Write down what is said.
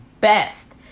best